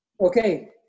okay